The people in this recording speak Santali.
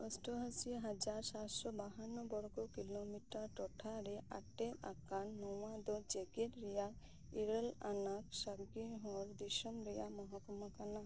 ᱚᱥᱴᱚᱼᱟᱥᱤ ᱦᱟᱡᱟᱨ ᱥᱟᱛᱥᱚ ᱵᱟᱦᱟᱱᱱᱚ ᱵᱚᱨᱜᱚ ᱠᱤᱞᱳᱢᱤᱴᱟᱨ ᱴᱚᱴᱷᱟᱨᱮ ᱟᱴᱮᱫ ᱟᱠᱟᱱ ᱱᱚᱣᱟ ᱫᱚ ᱡᱮᱜᱮᱫ ᱨᱮᱭᱟᱜ ᱤᱨᱟᱹᱞ ᱟᱱᱟᱜ ᱥᱟᱸᱜᱮᱦᱚᱲ ᱫᱤᱥᱟᱹᱢ ᱨᱮᱭᱟᱜ ᱢᱚᱦᱩᱠᱚᱢᱟ ᱠᱟᱱᱟ